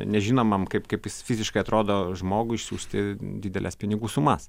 nežinomam kaip kaip jis fiziškai atrodo žmogui išsiųsti dideles pinigų sumas